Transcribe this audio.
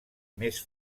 més